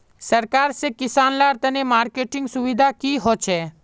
सरकार से किसान लार तने मार्केटिंग सुविधा की होचे?